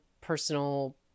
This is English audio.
personal